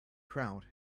crowd